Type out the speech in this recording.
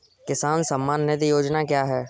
किसान सम्मान निधि योजना क्या है?